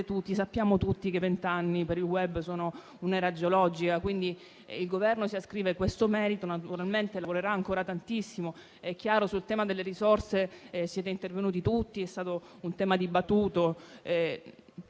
fa, e sappiamo tutti che vent'anni per il *web* sono un'era geologica. Il Governo si ascrive questo merito e naturalmente lavorerà ancora tantissimo. Sul tema delle risorse siete intervenuti tutti. È stato un tema dibattuto.